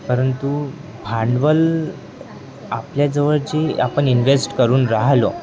परंतु भांडवल आपल्याजवळ जे आपण इनव्हेस्ट करून राह्यलो